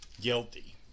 Guilty